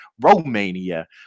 romania